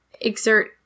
exert